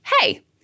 hey